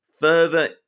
further